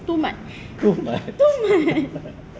too much